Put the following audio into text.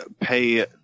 pay